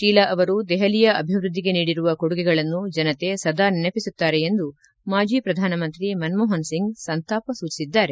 ಶೀಲಾ ಅವರು ದೆಹಲಿಯ ಅಭಿವೃದ್ದಿಗೆ ನೀಡಿರುವ ಕೊಡುಗೆಗಳನ್ನು ಜನತೆ ಸದಾ ನೆನಪಿಸುತ್ತಾರೆ ಎಂದು ಮಾಜಿ ಪ್ರಧಾನಮಂತ್ರಿ ಮನ್ಮೋಹನ್ ಸಿಂಗ್ ಸಂತಾಪ ಸೂಚಿಸಿದ್ದಾರೆ